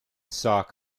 sock